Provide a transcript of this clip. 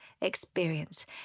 experience